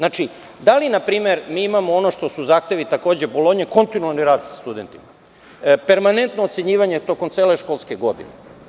Da li npr. mi imamo ono što su zahtevi Bolonje kontinualni rad sa studentima, permanentno ocenjivanje tokom cele školske godine?